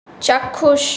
চাক্ষুষ